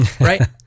right